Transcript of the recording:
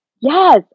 Yes